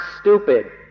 stupid